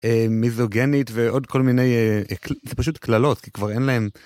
מיזוגנית ועוד כל מיני פשוט קללות כי כבר אין להם